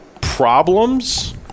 problems